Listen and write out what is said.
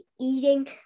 eating